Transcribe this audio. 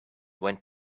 went